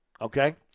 okay